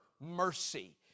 mercy